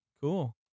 Cool